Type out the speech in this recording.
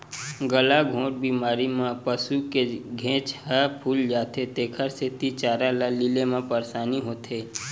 गलाघोंट बेमारी म पसू के घेंच ह फूल जाथे तेखर सेती चारा ल लीले म परसानी होथे